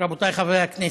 רבותיי חברי הכנסת,